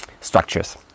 structures